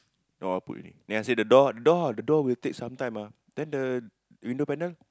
no I put already then I say the door the door the door will take some time ah then the window panel